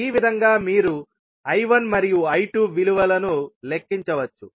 ఈ విధంగా మీరు I1మరియు I2 విలువలను లెక్కించవచ్చు